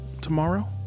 tomorrow